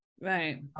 Right